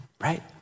right